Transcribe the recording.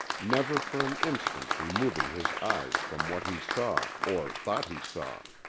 never for an instant removing his eyes from what he saw, or thought he saw.